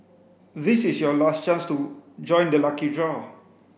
this is your last chance to join the lucky draw